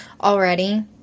already